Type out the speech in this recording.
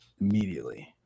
immediately